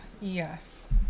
Yes